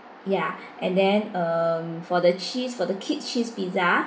ya and then um for the cheese for the kids cheese pizza